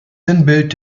sinnbild